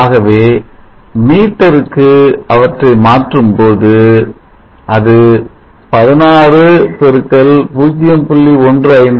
ஆகவே மீட்டருக்கு அவற்றை மாற்றும்போது அது 16 x 0